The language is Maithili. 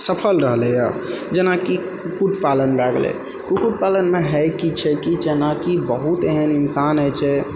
सफल रहलै यऽ जेनाकि कुक्कुट पालन भए गेलै कुक्कुट पालनमे हय कि छै कि जेनाकि बहुत एहन इन्सान हय छै